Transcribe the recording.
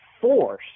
force